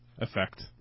effect